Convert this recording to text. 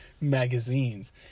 magazines